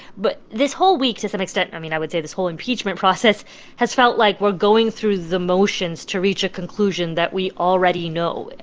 but this whole week, to some extent i mean, i would say this whole impeachment process has felt like we're going through the motions to reach a conclusion that we already know.